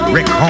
Rick